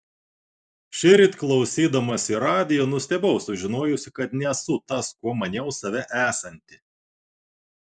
šįryt klausydamasi radijo nustebau sužinojusi kad nesu tas kuo maniau save esanti